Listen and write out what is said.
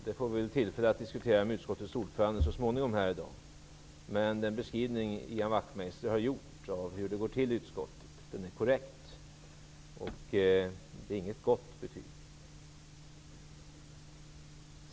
Vi får senare i dag tillfälle att diskutera det med utskottets ordförande, men den beskrivning som Ian Wachtmeister har gjort av hur det går till i utskottet är korrekt, och det är inget gott betyg.